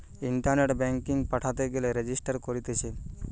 ইন্টারনেটে ব্যাঙ্কিং পাঠাতে গেলে রেজিস্টার করতিছে